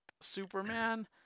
Superman